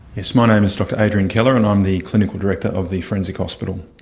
yes, my name is dr adrian keller and i'm the clinical director of the forensic hospital.